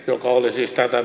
siis tätä